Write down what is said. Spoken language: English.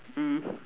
mm